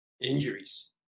injuries